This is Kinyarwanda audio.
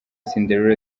cinderella